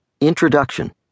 Introduction